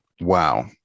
wow